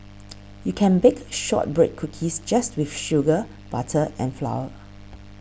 you can bake Shortbread Cookies just with sugar butter and flour